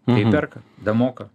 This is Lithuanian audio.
tai perka damoka